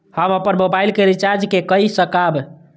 हम अपन मोबाइल के रिचार्ज के कई सकाब?